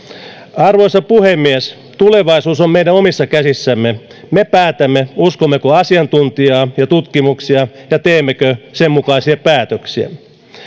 arvoisa puhemies tulevaisuus on meidän omissa käsissämme me päätämme uskommeko asiantuntijaa ja tutkimuksia ja teemmekö sen mukaisia päätöksiä